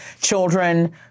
children